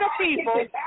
people